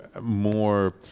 more